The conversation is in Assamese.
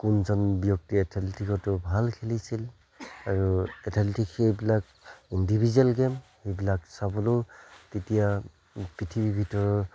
কোনজন ব্যক্তি এথেলেটিকতো ভাল খেলিছিল আৰু এথেলিটিক সেইবিলাক ইণ্ডিভিজুৱেল গেম সেইবিলাক চাবলৈয়ো তেতিয়া পৃথিৱীৰ ভিতৰত